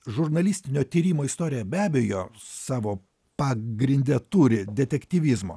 žurnalistinio tyrimo istorija be abejo savo pagrinde turi detektyvizmo